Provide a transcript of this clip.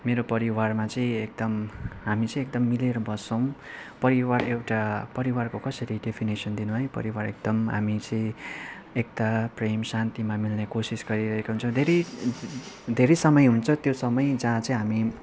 मेरो परिवारमा चाहिँ एकदम हामी चाहिँ एकदम मिलेर बस्छौँ परिवार एउटा परिवारको कसरी डेफिनेसन दिनु है परिवार एकदम हामी चाहिँ एकता प्रेम शान्तिमा मिल्ने कोसिस गरिरहेका हुन्छौँ धेरै धेरै समय हुन्छ त्यो समय जहाँ चाहिँ हामी